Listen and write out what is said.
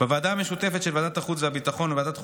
בוועדה המשותפת של ועדת החוץ והביטחון וועדת חוקה,